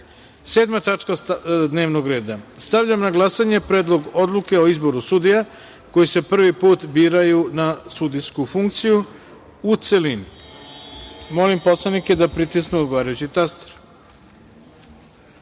tačka dnevnog reda. Stavljam na glasanje Predlog Odluke o izboru sudija koji se prvi put biraju na sudijsku funkciju, u celini. Molim narodne poslanike da pritisnu odgovarajući